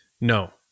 No